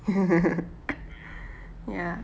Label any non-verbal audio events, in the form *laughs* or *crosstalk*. *laughs* ya